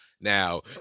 now